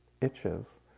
itches